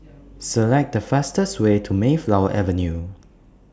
Select The fastest Way to Mayflower Avenue